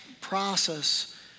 process